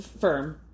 firm